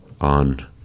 on